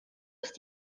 ist